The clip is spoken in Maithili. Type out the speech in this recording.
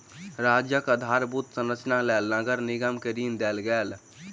राज्यक आधारभूत संरचनाक लेल नगर निगम के ऋण देल गेल